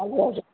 हजुर